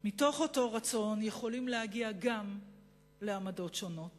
מתוך אותו רצון, יכולים להגיע גם לעמדות שונות